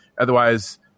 Otherwise